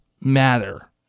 matter